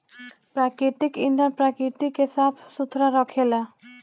प्राकृतिक ईंधन प्रकृति के साफ सुथरा रखेला